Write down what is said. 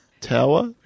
tower